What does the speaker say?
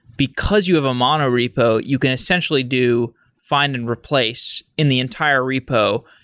because you have a mono repo, you can essentially do find and replace in the entire repo.